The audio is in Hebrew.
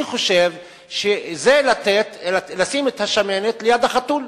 אני חושב שזה לשים את השמנת ליד החתול.